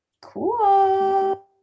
cool